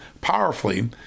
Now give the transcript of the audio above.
powerfully